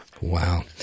Wow